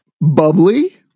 Bubbly